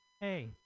Hey